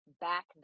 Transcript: back